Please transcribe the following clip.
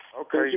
okay